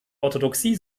orthodoxie